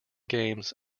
games